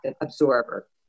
absorber